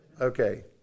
Okay